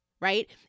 right